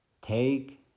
take